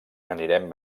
anirem